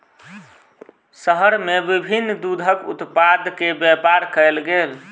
शहर में विभिन्न दूधक उत्पाद के व्यापार कयल गेल